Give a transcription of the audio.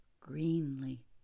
greenly